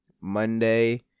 monday